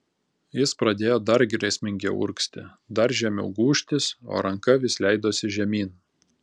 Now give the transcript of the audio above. jis pradėjo dar grėsmingiau urgzti dar žemiau gūžtis o ranka vis leidosi žemyn